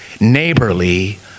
neighborly